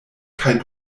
kaj